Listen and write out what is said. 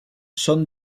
son